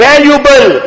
Valuable